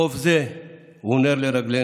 חוב זה הוא נר לרגלינו: